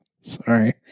Sorry